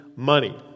Money